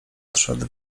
wszedł